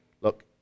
look